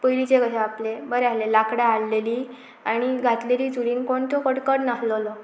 पयलींचें कशें आपलें बरें आाडलें लाकडां हाडलेली आनी घातलेली चुडीन कोण तो कडकड नाहलोलो